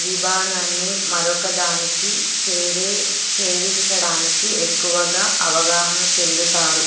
విధానాన్ని మరొకదానికి చేరే చేరించడానికి ఎక్కువగా అవగాహన చెందుతారు